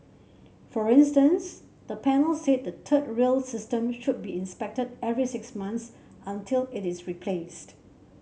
for instance the panel said the third rail system should be inspected every six months until it is replaced